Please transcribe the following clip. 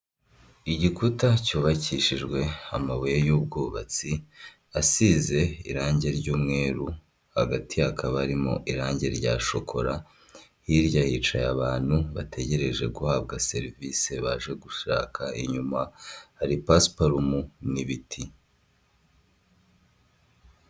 Igikuta cyubakishijwe amabuye y'ubwubatsi, asize irangi ry'umweru hagati hakaba harimo irangi rya shokora, hirya hicaye abantu bategereje guhabwa serivisi baje gushaka, inyuma hari pasiparumu n'ibiti.